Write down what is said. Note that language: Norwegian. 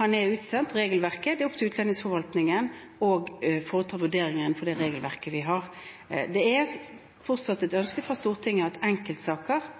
Han er utsendt. Det er opp til utlendingsforvaltningen å foreta vurderingen etter det regelverket vi har. Det er fortsatt et